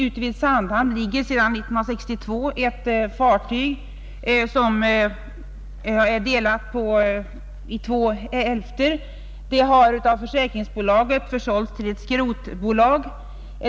Ute vid Sandhamn ligger sedan 1962 ett fartyg som är delat i två hälfter. Det har av försäkringsbolaget försålts till ett skrotbolag.